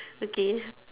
okay